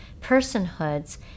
personhoods